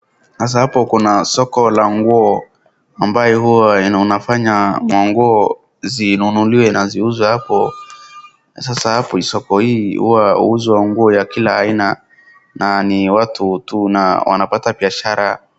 Sasa hapo kuna soko la nguo ambayo huwa unafanya manguo zinunuliwe na ziuzwe hapo. Sasa hapo soko hii huwa huuzwa nguo ya kila aina na ni watu na wanapata biashara.